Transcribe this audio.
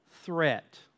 threat